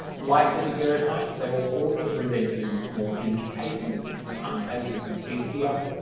like the daguerreotypes they were also presented in small hinged cases as we can see here